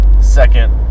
second